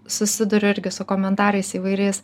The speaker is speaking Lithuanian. susiduriu irgi su komentarais įvairiais